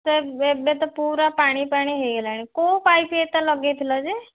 ତ ଏବେ ତ ପୁରା ପାଣି ପାଣି ହେଇଗଲାଣି କେଉଁ ପାଇପ୍ ଏତେ ଲଗେଇଥିଲ ଯେ